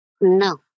No